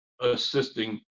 assisting